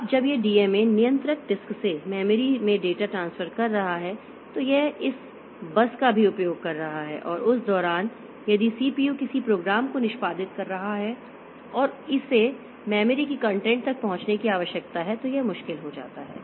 अब जब यह डीएमए नियंत्रक डिस्क से मेमोरी में डेटा ट्रांसफर कर रहा है तो यह इस बस का भी उपयोग कर रहा है और उस दौरान यदि सीपीयू किसी प्रोग्राम को निष्पादित कर रहा है और इसे मेमोरी की कंटेंट तक पहुंचने की आवश्यकता है तो यह मुश्किल हो जाता है